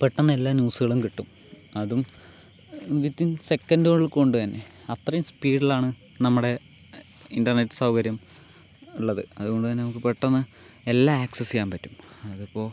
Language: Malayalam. പെട്ടന്ന് എല്ലാ ന്യൂസുകളും കിട്ടും അതും വിത്തിൻ സെക്കന്റുകൾ കൊണ്ട് തന്നെ അത്രയും സ്പീഡിലാണ് നമ്മുടെ ഇൻ്റർനെറ്റ് സൗകര്യം ഉള്ളത് അതുകൊണ്ടു തന്നെ നമുക്ക് പെട്ടന്ന് എല്ലാ അക്സസ്സ് ചെയ്യാൻ പറ്റും അതിപ്പോൾ